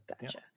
Gotcha